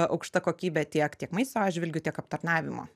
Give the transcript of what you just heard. aukšta kokybė tiek tiek maisto atžvilgiu tiek aptarnavimo